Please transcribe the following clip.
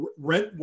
rent